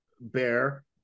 bear